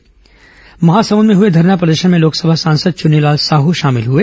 उधर महासमुद में हुए धरना प्रदर्शन में लोकसभा सांसद चुन्नी लाल साह शामिल हुए